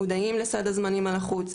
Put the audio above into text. מודעים לסד הזמנים הלחוץ,